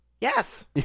Yes